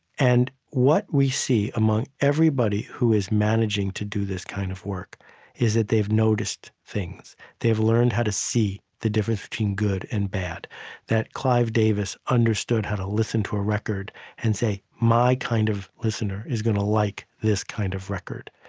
and what we see among everybody who is managing to do this kind of work is that they've noticed things. they have learned how to see the difference between good and bad clive davis understood how to listen to a record and say, my kind of listener is going to like this kind of record.